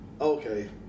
okay